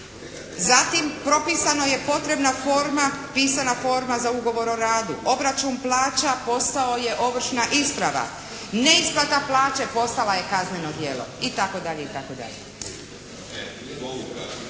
Zatim, propisana je potrebna forma, pisana forma za ugovor o radu, obračun plaća postao je ovršna isprava, neisplata plaća postala je kazneno djelo itd. itd.